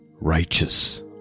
Righteous